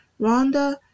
Rhonda